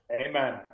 Amen